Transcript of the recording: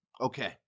Okay